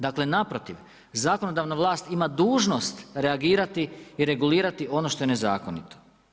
Dakle naprotiv, zakonodavna vlast ima dužnost reagirati i regulirati ono što je nezakonito.